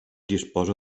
disposa